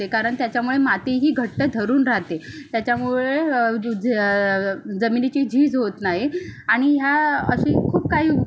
कारण त्याच्यामुळे माती ही घट्ट धरून राहते त्याच्यामुळे झ जमिनीची झीज होत नाही आणि ह्या अशी खूप काही उप